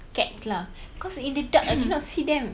cats lah cause in the dark I cannot see them